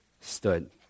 stood